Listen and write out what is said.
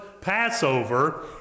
Passover